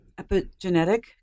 epigenetic